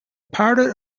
powdered